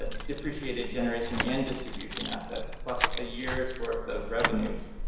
ah depreciated generation and distribution assets plus a year's worth of revenues.